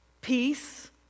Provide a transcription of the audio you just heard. peace